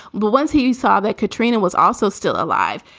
but once he saw that katrina was also still alive,